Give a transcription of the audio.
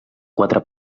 quatre